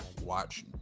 watch